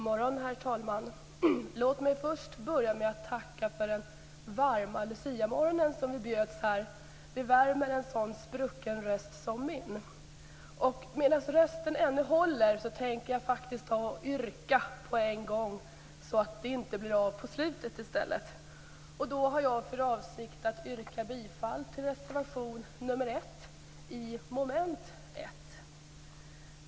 Herr talman! Låt mig börja med att tacka för den varma luciamorgonen som vi bjöds på här. Det värmer en sådan sprucken röst som min. Medan rösten ännu håller tänker jag faktiskt yrka på en gång i stället för på slutet. Jag har för avsikt att yrka bifall till reservation nr 1 under mom. 1.